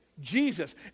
Jesus